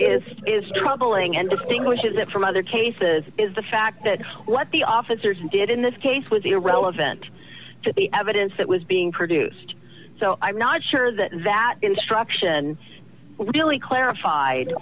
is is troubling and distinguishes it from other cases is the fact that what the officers did in this case was irrelevant to the evidence that was being produced so i'm not sure that that instruction really clarified